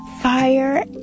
fire